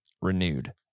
renewed